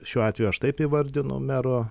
šiuo atveju aš taip įvardinu mero